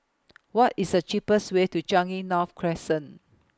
What IS The cheapest Way to Changi North Crescent